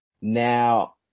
Now